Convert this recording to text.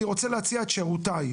אני רוצה להציע את שירותיי.